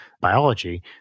biology